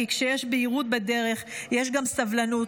כי כשיש בהירות בדרך יש גם סבלנות,